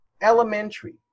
elementary